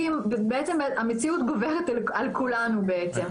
המציאות גוברת על כולנו בעצם.